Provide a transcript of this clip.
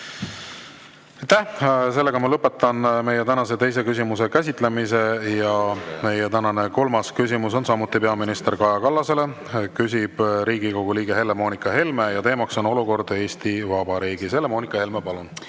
Sellega ma lõpetan meie tänase teise küsimuse käsitlemise. Meie tänane kolmas küsimus on samuti peaminister Kaja Kallasele. Küsib Riigikogu liige Helle-Moonika Helme ja teemaks on olukord Eesti Vabariigis. Helle-Moonika Helme, palun!